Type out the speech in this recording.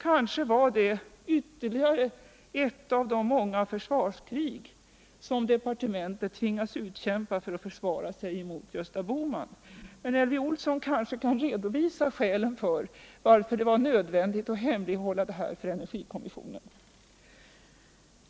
Kanske var det ytterligare ett av de många försvarskrig som departementet tvingas utkämpa för att försvara sig mot Gösta Bohman. Men Elvy Olsson kanske kan redovisa skälen till att det var nödvändigt att hemlighålla detta för energikommissionen.